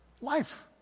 life